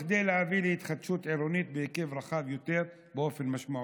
כדי להביא להתחדשות עירונית בהיקף רחב יותר באופן משמעותי.